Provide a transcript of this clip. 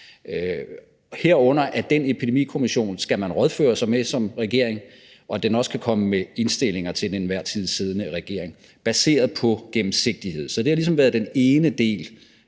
skal man rådføre sig med som regering, og den kan også komme med indstillinger til den til enhver tid siddende regering, og det er baseret på gennemsigtighed. Så det har ligesom været den ene del